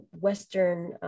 Western